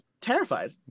terrified